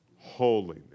holiness